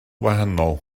wahanol